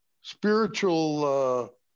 spiritual